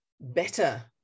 better